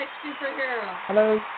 Hello